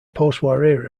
postwar